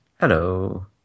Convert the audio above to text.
Hello